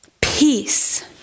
Peace